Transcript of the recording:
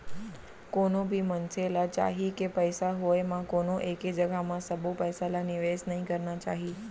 कोनो भी मनसे ल चाही के पइसा होय म कोनो एके जघा म सबो पइसा ल निवेस नइ करना चाही